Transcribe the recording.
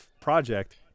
project